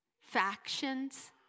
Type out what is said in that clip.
factions